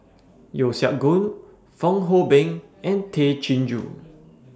Yeo Siak Goon Fong Hoe Beng and Tay Chin Joo